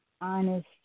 honest